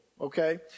Okay